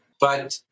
but-